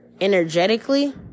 energetically